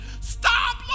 stop